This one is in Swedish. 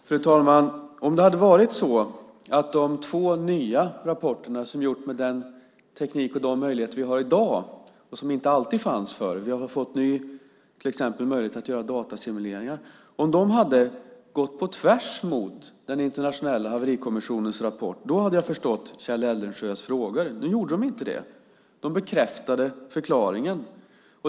Fru talman! Om de två nya rapporter som gjorts med den teknik och de möjligheter vi har i dag och som inte fanns förr - vi har till exempel fått nya möjligheter att göra datasimuleringar - hade gått på tvärs mot den internationella haverikommissionens rapport hade jag förstått Kjell Eldensjös frågor. Nu gjorde de inte det. De bekräftade förklaringen.